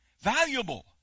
Valuable